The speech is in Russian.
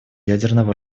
ядерного